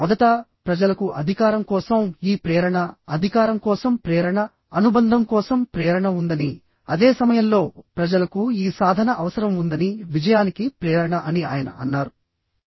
మొదట ప్రజలకు అధికారం కోసం ఈ ప్రేరణ అధికారం కోసం ప్రేరణ అనుబంధం కోసం ప్రేరణ ఉందని అదే సమయంలో ప్రజలకు ఈ సాధన అవసరం ఉందని విజయానికి ప్రేరణ అని ఆయన అన్నారు